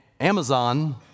Amazon